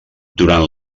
durant